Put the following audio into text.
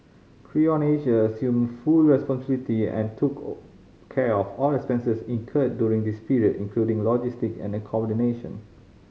Creon Asia assumed full responsibility and took care of all expenses incurred during this period including logistic and accommodation